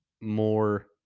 more